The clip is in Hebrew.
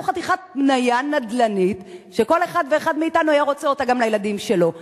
זו חתיכת מניה נדל"נית שכל אחד ואחד מאתנו היה רוצה אותה גם לילדים שלו.